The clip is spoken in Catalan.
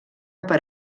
per